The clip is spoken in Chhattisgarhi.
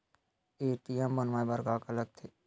ए.टी.एम बनवाय बर का का लगथे?